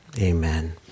amen